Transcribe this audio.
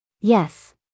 Yes